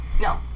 No